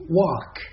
walk